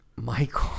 Michael